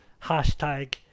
hashtag